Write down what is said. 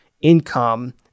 income